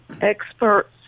experts